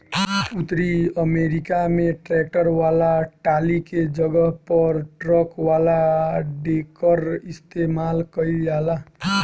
उतरी अमेरिका में ट्रैक्टर वाला टाली के जगह पर ट्रक वाला डेकर इस्तेमाल कईल जाला